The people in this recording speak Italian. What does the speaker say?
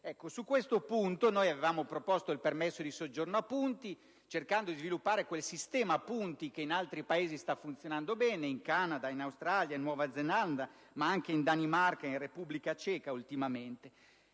Su questo punto avevamo proposto il permesso di soggiorno a punti, cercando di sviluppare quel sistema a punti che in altri Paesi (in Canada, in Australia, in Nuova Zelanda, ma anche in Danimarca e in Repubblica Ceca ultimamente)